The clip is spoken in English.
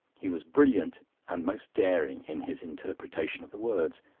he was brilliant and most daring in his interpretation of the words.